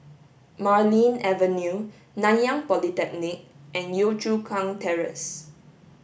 Marlene Avenue Nanyang Polytechnic and Yio Chu Kang Terrace